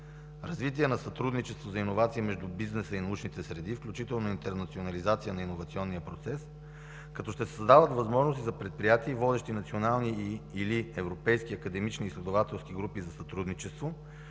развитие на сътрудничество за иновации между бизнеса и научните среди, включително интернационализация на иновационния процес, като се създават възможности за предприятия и водещи европейски академични изследователски групи за сътрудничество,